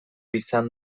izan